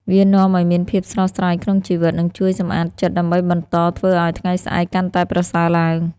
វានាំឲ្យមានភាពស្រស់ស្រាយក្នុងជីវិត និងជួយសំអាតចិត្តដើម្បីបន្តធ្វើអោយថ្ងៃស្អែកកាន់តែប្រសើរឡើង។